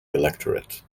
electorate